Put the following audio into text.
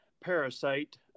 parasite